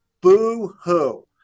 Boo-hoo